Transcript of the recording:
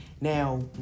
now